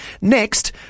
Next